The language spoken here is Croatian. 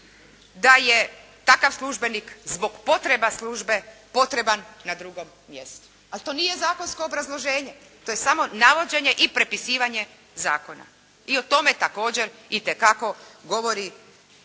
da je takav službenik zbog potreba službe potreban na drugom mjestu. Ali to nije zakonsko obrazloženje. To je samo navođenje i prepisivanje zakona i o tome također itekako govori